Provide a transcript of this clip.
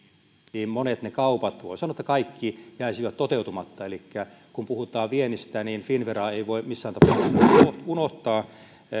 niin monet ne kaupat voi sanoa että kaikki jäisivät toteuttamatta elikkä kun puhutaan viennistä niin finnveraa ei voi missään tapauksessa unohtaa